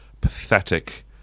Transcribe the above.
pathetic